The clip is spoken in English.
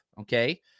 okay